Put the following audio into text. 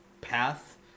path